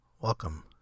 Welcome